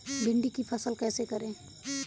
भिंडी की फसल कैसे करें?